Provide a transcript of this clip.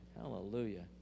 Hallelujah